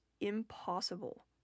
impossible